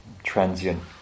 Transient